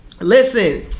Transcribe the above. Listen